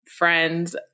friends